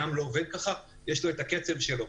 הים לא עובד כך, יש לו הקצב שלו.